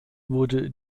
wurde